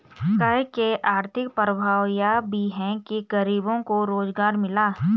कर के आर्थिक प्रभाव यह भी है कि गरीबों को रोजगार मिला